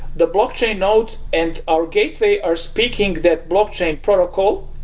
the blockchain node and our gateway are speaking that blockchain protocol.